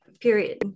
Period